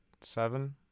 seven